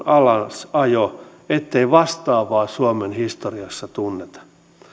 alasajo ettei vastaavaa suomen historiassa tunneta